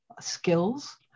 skills